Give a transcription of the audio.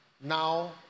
now